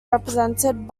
represented